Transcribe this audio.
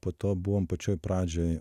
po to buvom pačioj pradžioj